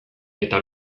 eta